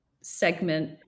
segment